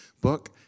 book